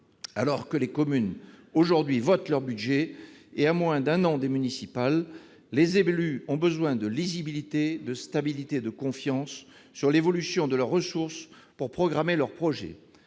Alors que les communes votent aujourd'hui leur budget, et à moins d'un an des municipales, les élus ont besoin de lisibilité, de stabilité et de confiance sur l'évolution de leurs ressources pour programmer leurs projets.